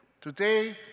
Today